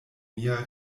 mia